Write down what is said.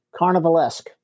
Carnivalesque